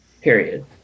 period